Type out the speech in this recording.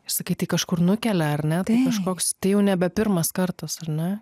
ir sakai tai kažkur nukelia ar ne tai aš koks tai jau nebe pirmas kartas ar ne